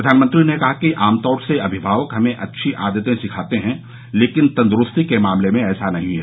प्रधानमंत्री ने कहा कि आमतौर से अमिभावक हमें सभी अच्छी आदतें सिखाते हैं लेकिन तंदुरूस्ती के मामले में ऐसा नहीं है